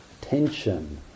tension